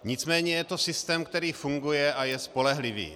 Nicméně je to systém, který funguje a je spolehlivý.